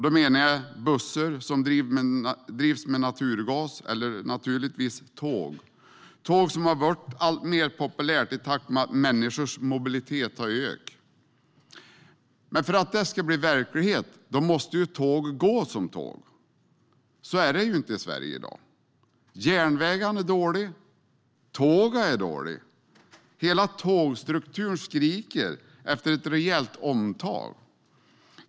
Då menar jag bussar som drivs med naturgas eller naturligtvis tåg - tåg som har blivit alltmer populärt i takt med att människors mobilitet har ökat. För att det ska bli verklighet måste tågen gå som tåget. Så är det inte i Sverige i dag. Järnvägarna är dåliga. Tågen är dåliga. Hela tågstrukturen skriker efter ett rejält omtag.